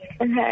Okay